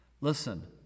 Listen